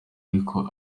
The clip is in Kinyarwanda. ariko